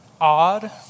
odd